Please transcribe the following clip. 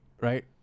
Right